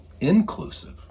inclusive